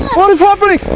what is happening?